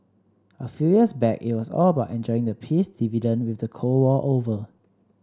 a few years back it was all about enjoying the peace dividend with the Cold War over